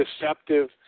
deceptive